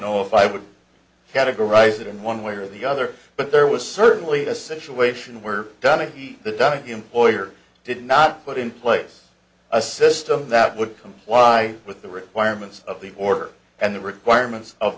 know if i would categorize it in one way or the other but there was certainly a situation where done in the data employer did not put in place a system that would comply with the requirements of the order and the requirements of